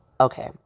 Okay